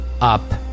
up